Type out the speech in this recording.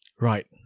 Right